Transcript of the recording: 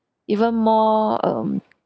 even more um